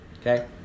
Okay